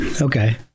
Okay